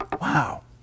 Wow